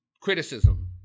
criticism